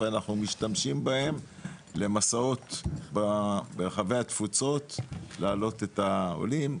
ואנחנו משתמשים בהם למסעות ברחבי התפוצות להעלות את העולים,